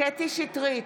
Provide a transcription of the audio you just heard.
קטי קטרין שטרית,